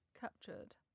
captured